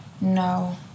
no